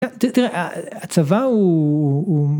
תראה, הצבא הוא.